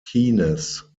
keynes